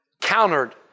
countered